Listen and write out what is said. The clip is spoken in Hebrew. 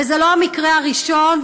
וזה לא המקרה הראשון,